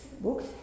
books